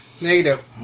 Negative